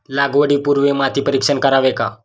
लागवडी पूर्वी माती परीक्षण करावे का?